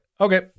Okay